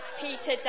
Peter